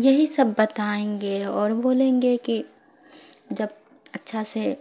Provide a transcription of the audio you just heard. یہی سب بتائیں گے اور بولیں گے کہ جب اچھا سے